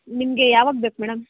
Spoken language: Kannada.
ನಿಮಗೆ ಯಾವಾಗ ಬೇಕು ಮೇಡಮ್